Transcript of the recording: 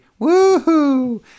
Woohoo